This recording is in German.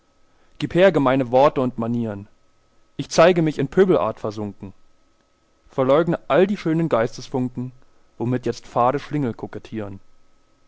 gib her gemeine worte und manieren ich zeige mich in pöbelart versunken verleugne all die schönen geistesfunken womit jetzt fade schlingel